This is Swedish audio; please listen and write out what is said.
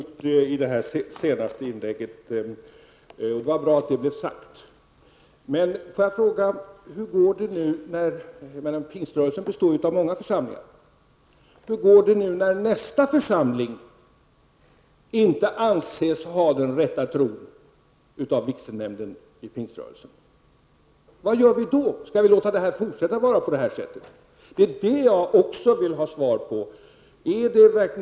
Herr talman! Vad justitieministern sade i det senaste inlägget var mycket klokt. Det är bra att det blev sagt. Pingströrelsen består ju av många församlingar. Hur går det nästa gång en församling av vigselnämnden inom pingströrelsen inte anses ha den rätta tron? Vad gör vi då? Skall vi låta det vara på samma sätt även i fortsättningen? Jag vill ha svar även på dessa frågor.